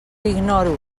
ignoro